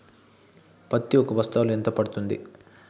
పత్తి ఒక బస్తాలో ఎంత పడ్తుంది?